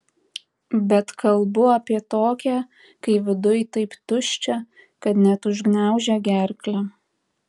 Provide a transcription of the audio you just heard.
bet kalbu apie tokią kai viduj taip tuščia kad net užgniaužia gerklę